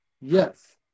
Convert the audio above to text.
yes